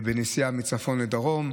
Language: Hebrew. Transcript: בנסיעה מצפון לדרום.